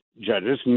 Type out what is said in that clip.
judges